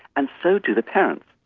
and so do the parents.